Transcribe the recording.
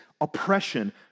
oppression